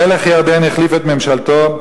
מלך ירדן החליף את ממשלתו,